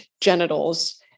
genitals